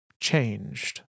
changed